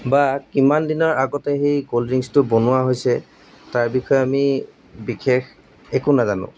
বা কিমান দিনৰ আগতে সেই ক'ল্ড ড্ৰিংক্সটো বনোৱা হৈছে তাৰ বিষয়ে আমি বিশেষ একো নাজানো